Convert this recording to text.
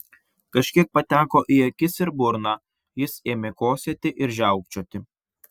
kažkiek pateko į akis ir burną jis ėmė kosėti ir žiaukčioti